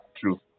True